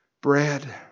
bread